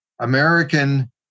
American